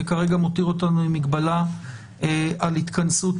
וכרגע מותיר אותנו עם מגבלה על התכנסות